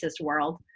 world